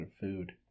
food